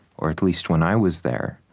or at least when i was there,